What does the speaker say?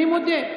אני מודה,